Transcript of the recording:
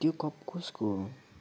त्यो कप कसको हो